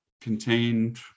contained